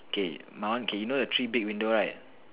K my one K you know the three big window right